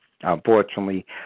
Unfortunately